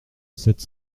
sept